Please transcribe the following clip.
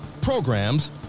programs